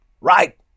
right